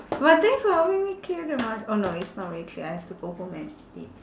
but things I'll make me clear 的 mah oh no it's not really clear I have to go home and eat